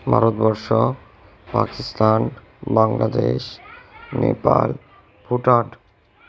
Bharatvarsha Pakistan Bangladesh Nepal Bhutan